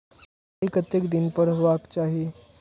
सिंचाई कतेक दिन पर हेबाक चाही?